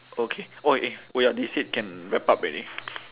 okay oh eh oh ya they said can wrap up already